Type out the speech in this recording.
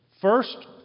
First